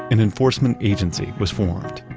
an enforcement agency was formed,